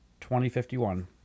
2051